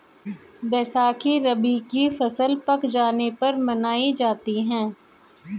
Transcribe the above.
बैसाखी रबी की फ़सल पक जाने पर मनायी जाती है